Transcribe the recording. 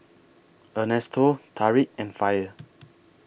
Ernesto Tarik and Faye